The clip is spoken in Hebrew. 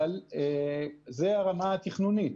אבל זה הרמה התכנונית.